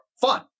fun